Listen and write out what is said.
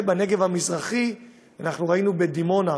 בנגב המזרחי אנחנו ראינו בדימונה,